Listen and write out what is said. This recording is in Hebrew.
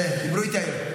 כן, דיברו איתי היום.